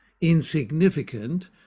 insignificant